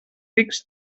rics